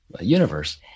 universe